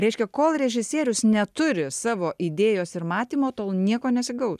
reiškia kol režisierius neturi savo idėjos ir matymo tol nieko nesigaus